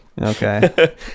Okay